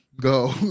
Go